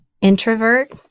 Introvert